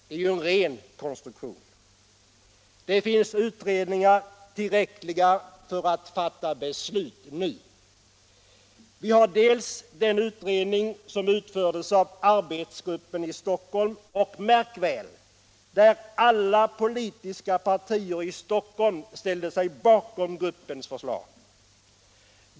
Det är en ren konstruktion. Det finns utredningar tillräckliga för att fatta beslut nu. Vi har bl.a. en utredning som utfördes av arbetsgruppen i Stockholm där — märk väl — alla politiska partier i Stockhölm ställde sig bakom gruppens förslag.